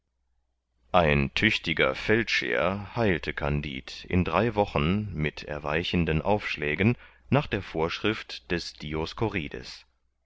ein tüchtiger feldscheer heilte kandid in drei wochen mit erweichenden aufschlägen nach der vorschrift des